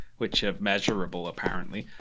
which are measurable, apparently.